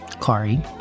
Kari